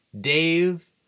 Dave